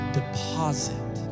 deposit